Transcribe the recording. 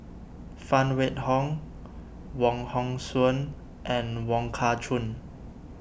Phan Wait Hong Wong Hong Suen and Wong Kah Chun